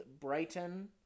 Brighton